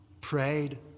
prayed